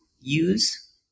use